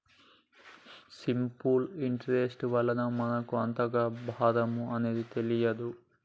simple interest వలన మనకు అంతగా భారం అనేది తెలియదు